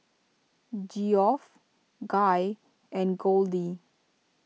Geoff Guy and Goldie